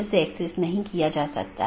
यह कनेक्टिविटी का तरीका है